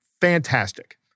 fantastic